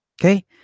Okay